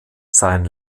sein